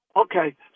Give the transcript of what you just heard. Okay